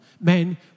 men